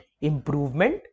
improvement